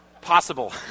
possible